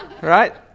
right